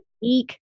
unique